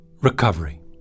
recovery